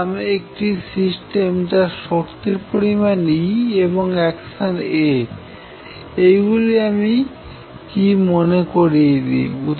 ধরিলাম একটি সিস্টেম যাঁর শক্তির পরিমাণ E এবং অ্যাকশন A এইগুলি কি আমি মনে করিয়ে দিই